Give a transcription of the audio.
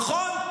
נכון?